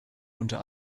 unter